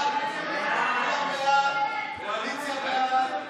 התקבלה בקריאה שלישית,